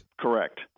Correct